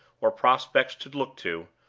or prospects to look to,